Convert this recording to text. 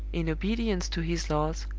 in obedience to his laws,